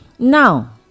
Now